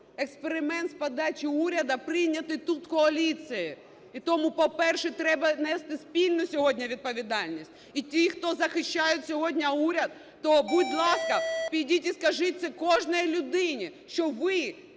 експеримент з подачі уряду, прийнятий тут коаліцією. І тому, по-перше, треба нести спільну сьогодні відповідальність. І ті, хто захищають сьогодні уряд, то, будь ласка, підіть і скажіть це кожній людині, що ви